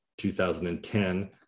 2010